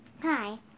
Hi